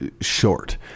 short